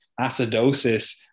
acidosis